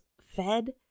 fed